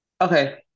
Okay